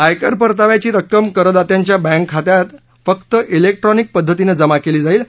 आयकर परत्याव्याची रक्कम करदात्याच्या बँक खात्यात फक्त इलेक्ट्रोनिक पद्धतीनं जामा केली जाईल